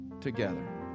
together